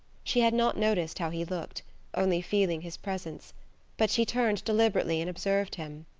she had not noticed how he looked only feeling his presence but she turned deliberately and observed him.